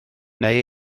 neu